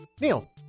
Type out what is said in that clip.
Neil